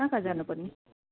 कहाँ कहाँ जानु पर्ने